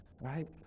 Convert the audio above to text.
Right